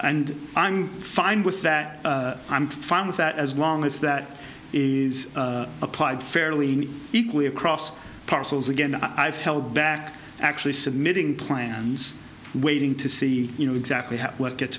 and i'm fine with that i'm fine with that as long as that is applied fairly equally across parcels again i've held back actually submitting plans waiting to see you know exactly what gets